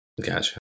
Gotcha